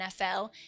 NFL